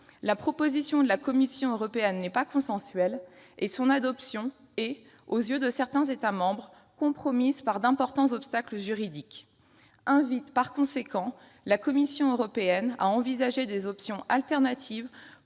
La proposition de la Commission européenne n'est pas consensuelle et son adoption est, aux yeux de certains États membres, compromise par d'importants obstacles juridiques ; [l'Assemblée nationale] invite, par conséquent, la Commission européenne à envisager des options alternatives